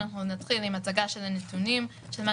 אנחנו נתחיל עם הצגה של הנתונים של מה